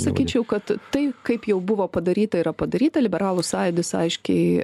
sakyčiau kad tai kaip jau buvo padaryta yra padaryta liberalų sąjūdis aiškiai